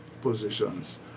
positions